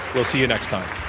we'll see you next time.